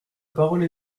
parole